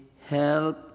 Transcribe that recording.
help